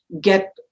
get